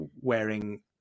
wearing